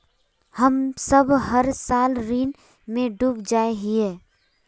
हम सब हर साल ऋण में डूब जाए हीये?